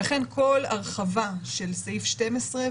ולכן כל הרחבה של סעיף 12,